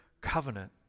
covenant